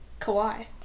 Kawhi